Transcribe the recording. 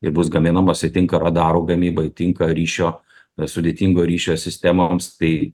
ir bus gaminamos ir tinka radarų gamybai tinka ryšio sudėtingo ryšio sistemoms tai